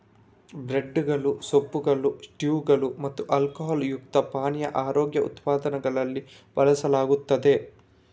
ಬ್ರೆಡ್ದುಗಳು, ಸೂಪ್ಗಳು, ಸ್ಟ್ಯೂಗಳು ಮತ್ತು ಆಲ್ಕೊಹಾಲ್ ಯುಕ್ತ ಪಾನೀಯ ಆರೋಗ್ಯ ಉತ್ಪನ್ನಗಳಲ್ಲಿ ಬಳಸಲಾಗುತ್ತದೆ